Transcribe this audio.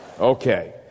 Okay